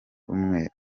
umwe